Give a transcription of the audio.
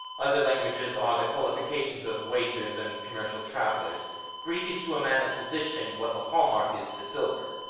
other languages are the qualifications of waiters and commercial travellers greek is to a man of position what the hallmark is to silver.